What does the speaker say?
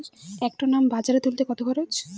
এক টন আম বাজারে তুলতে কত খরচ?